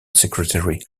secretary